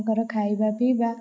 ତାଙ୍କର ଖାଇବା ପିଇବା